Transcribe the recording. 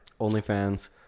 OnlyFans